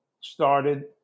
started